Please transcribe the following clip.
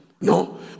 no